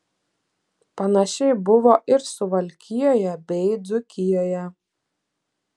panašiai buvo ir suvalkijoje bei dzūkijoje